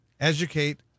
educate